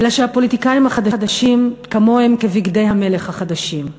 אלא שהפוליטיקאים החדשים כמוהם כבגדי המלך החדשים,